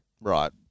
Right